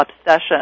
obsession